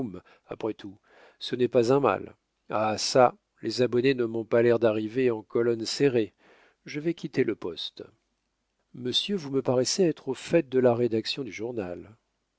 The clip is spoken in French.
après tout ce n'est pas un mal ah ça les abonnés ne m'ont pas l'air d'arriver en colonne serrée je vais quitter le poste monsieur vous me paraissez être au fait de la rédaction du journal